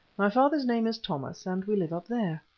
my father's name is thomas, and we live up there,